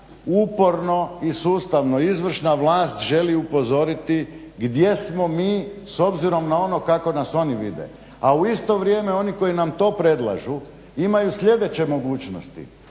uporno i sustavno izvršna vlast želi upozoriti gdje smo mi s obzirom na ono kako nas oni vide, a u isto vrijeme oni koji nam to predlažu imaju sljedeće mogućnosti.